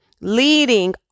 leading